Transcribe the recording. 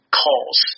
calls